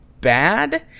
bad